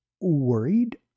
worried